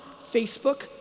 Facebook